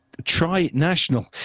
tri-national